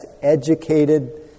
educated